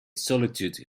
solitude